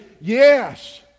yes